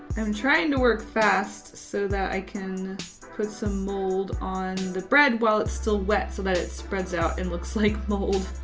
i'm trying to work fast so that i can put some mold on the bread while it's still wet so that it spreads out and looks like mold.